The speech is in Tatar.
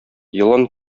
елан